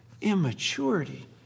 immaturity